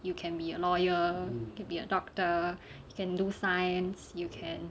you can be a lawyer can be a doctor can do science you can